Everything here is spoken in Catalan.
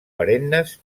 perennes